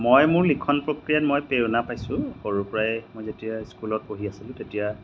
মই মোৰ লিখন প্ৰক্ৰিয়াত মই প্ৰেৰণা পাইছোঁ সৰুৰ পৰাই মই যেতিয়া স্কুলত পঢ়ি আছিলোঁ তেতিয়া